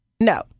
No